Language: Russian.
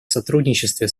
сотрудничестве